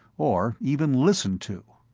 or even listened to.